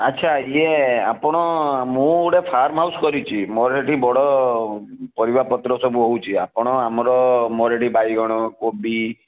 ଆଚ୍ଛା ଇଏ ଆପଣ ମୁଁ ଗୋଟେ ଫାର୍ମ୍ ହାଉସ୍ କରିଛି ମୋର ସେଠି ବଡ଼ ପରିବାପତ୍ର ସବୁ ହେଉଛି ଆପଣ ଆମର ମୋ'ର ଏଠି ବାଇଗଣ କୋବି